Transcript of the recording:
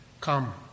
Come